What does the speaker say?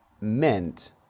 meant